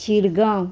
Shirgaon